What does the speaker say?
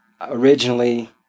originally